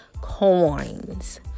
coins